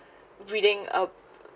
reading uh